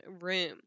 room